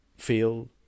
feel